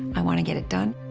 i want to get it done.